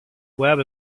web